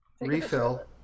refill